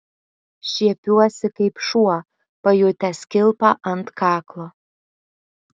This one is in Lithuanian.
šiepiuosi kaip šuo pajutęs kilpą ant kaklo